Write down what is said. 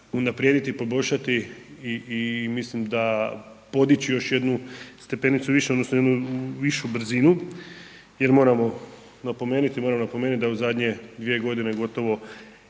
unaprijediti, poboljšati i mislim da podići još jednu stepenicu više odnosno jednu višu brzinu jer moramo napomenuti da u zadnje 2 g. gotovo